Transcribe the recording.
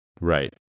Right